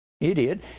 Idiot